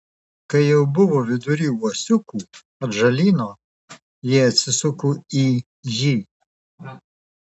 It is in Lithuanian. kai jau buvo vidury uosiukų atžalyno ji atsisuko į jį